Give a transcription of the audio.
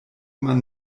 man